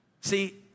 See